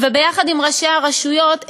וביחד עם ראשי הרשויות,